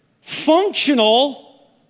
functional